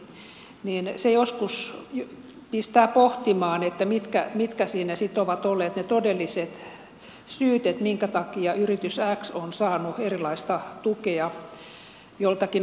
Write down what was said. se joskus pistää pohtimaan mitkä siinä sitten ovat olleet ne todelliset syyt minkä takia yritys x on saanut erilaista tukea joltakin organisaatiolta